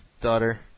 daughter